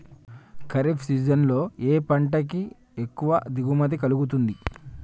Kharif season లో ఏ పంట కి ఎక్కువ దిగుమతి కలుగుతుంది?